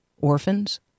orphans